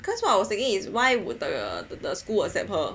because what I was thinking is why would the school accept her